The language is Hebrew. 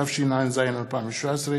התשע"ז 2017,